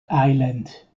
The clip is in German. island